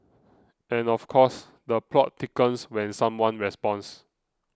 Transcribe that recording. and of course the plot thickens when someone responds